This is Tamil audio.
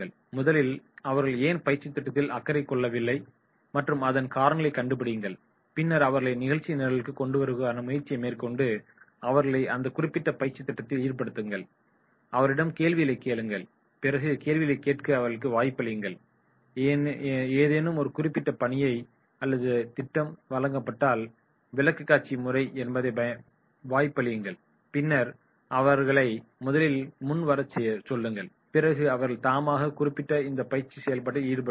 முதலில் அவர்கள் ஏன் பயிற்சித் திட்டத்தில் அக்கறை கொள்ளவில்லை மற்றும் அதன் காரணங்களைக் கண்டுபிடிங்கள் பின்னர் அவர்களை நிகழ்ச்சி நிரலுக்குள் கொண்டுவருவதற்கான முயற்சியை மேற்கொண்டு அவர்களை அந்த குறிப்பிட்ட பயிற்சித் திட்டத்தில் ஈடுபடுத்துங்கள் அவர்களிடம் கேள்விகளைக் கேளுங்கள் பிறகு கேள்விகளைக் கேட்க அவர்களுக்கு வாய்ப்பளியுங்கள் ஏதேனும் ஒரு குறிப்பிட்ட பணி அல்லது திட்டம் வழங்கப்பட்டால் விளக்கக்காட்சி முறையை பயன்படுத்த வாய்ப்பளியுங்கள் பின்னர் அவர்களை முதலில் முன் வரச்சொல்லுங்கள் பிறகு அவர்கள் தாமாகவே குறிப்பிட்ட இந்த பயிற்சி செயல்பாட்டில் ஈடுபடுவார்கள்